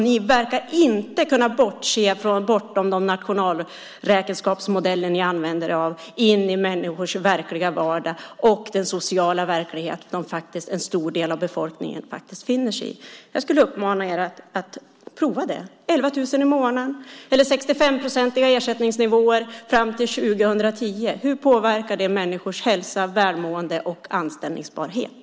Ni verkar inte kunna se bortom de nationalräkenskapsmodeller som ni använder och in i människors vardag och den sociala verklighet en stor del av befolkningen befinner sig i. Jag skulle uppmana er att göra det. 11 000 i månaden eller 65-procentiga ersättningsnivåer fram till 2010 - hur påverkar det människors hälsa, välmående och anställningsbarhet?